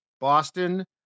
boston